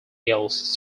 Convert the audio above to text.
yields